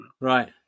Right